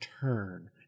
turn